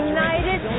United